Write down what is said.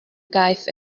gaeth